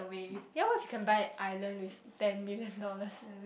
ya can buy island with ten million dollars